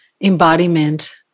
embodiment